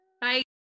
Bye